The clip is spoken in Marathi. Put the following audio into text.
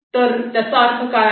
तर त्याचा अर्थ काय आहे